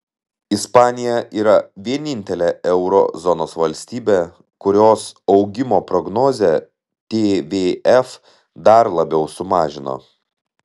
ispanija yra vienintelė euro zonos valstybė kurios augimo prognozę tvf dar labiau sumažino